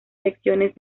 lecciones